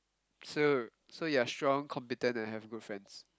so so you're strong competent and have good friends